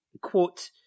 quote